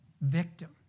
victim